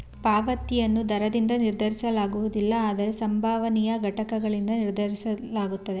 ಪಾವತಿಯನ್ನು ದರದಿಂದ ನಿರ್ಧರಿಸಲಾಗುವುದಿಲ್ಲ ಆದ್ರೆ ಸಂಭವನೀಯ ಘಟನ್ಗಳಿಂದ ನಿರ್ಧರಿಸಲಾಗುತ್ತೆ